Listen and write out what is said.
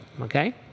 okay